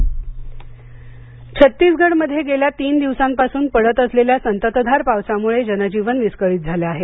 छत्तीसगढ पाऊस छत्तीसगढ मध्ये गेल्या तीन दिवसांपासून पडत असलेल्या संततधार पावसामुळे जनजीवन विस्कळीत झाल आहे